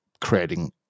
creating